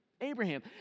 Abraham